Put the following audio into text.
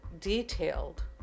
detailed